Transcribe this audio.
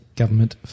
government